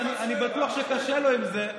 אני בטוח שקשה לו עם זה.